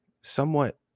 somewhat